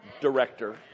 director